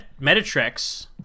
Metatrex